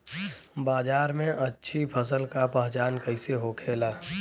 बाजार में अच्छी फसल का पहचान कैसे होखेला?